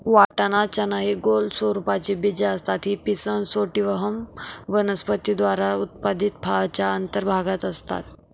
वाटाणा, चना हि गोल स्वरूपाची बीजे असतात ही पिसम सॅटिव्हम वनस्पती द्वारा उत्पादित फळाच्या अंतर्भागात असतात